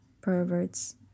perverts